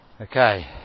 Okay